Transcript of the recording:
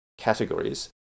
Categories